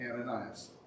Ananias